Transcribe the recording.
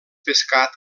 pescat